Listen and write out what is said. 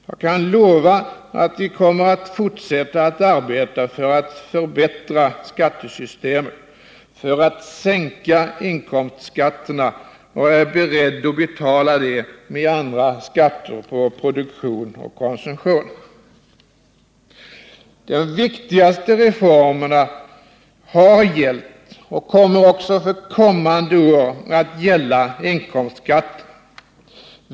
Jag kan lova att vi kommer att fortsätta att arbeta för att förbättra skattesystemet och för att sänka inkomstskatterna. Och jag är beredd att betala det med andra skatter på produktion och konsumtion. De viktigaste reformerna har gällt och kommer också under kommande år att gälla inkomstskatten.